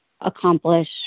accomplish